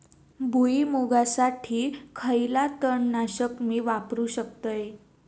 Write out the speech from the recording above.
भुईमुगासाठी खयला तण नाशक मी वापरू शकतय?